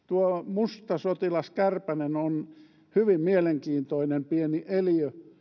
mustasotilaskärpänen on hyvin mielenkiintoinen pieni eliö